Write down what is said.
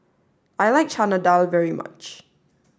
I like Chana Dal very much